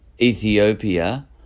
Ethiopia